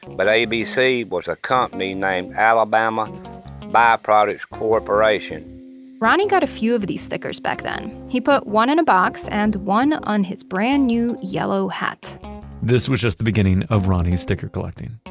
but a b c was a company name, alabama byproducts corporation ronnie got a few of these stickers back then. he put one in a box and one on his brand new yellow hat this was just the beginning of ronnie's sticker collecting.